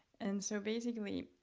and so basically.